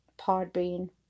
Podbean